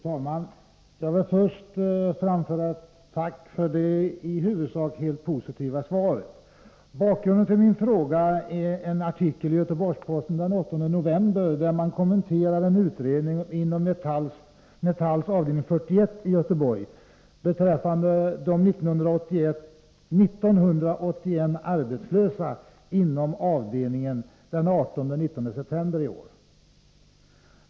Fru talman! Jag vill först framföra ett tack för det i huvudsak mycket positiva svaret. Bakgrunden till min fråga är en artikel i Göteborgs-Posten den 8 november, där man kommenterar en utredning inom Metalls avdelning 41 i Göteborg beträffande de 1 981 arbetslösa inom avdelningen den 18 och 19 september i år.